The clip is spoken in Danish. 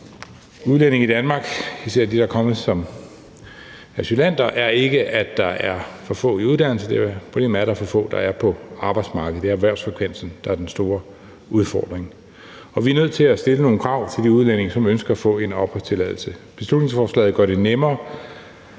udlændinge i Danmark, især de, der er kommet som asylanter, er ikke, at der er for få i uddannelse. Problemet er, at der er for få, der er på arbejdsmarkedet. Det er erhvervsfrekvensen, der er den store udfordring. Vi er nødt til at stille nogle krav til de udlændinge, som ønsker at få en opholdstilladelse. Beslutningsforslaget gør det nemmere